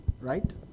right